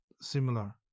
similar